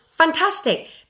Fantastic